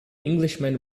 englishman